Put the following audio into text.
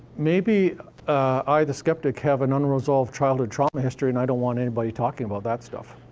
maybe i, the skeptic, have an unresolved childhood trauma history and i don't want anybody talking about that stuff.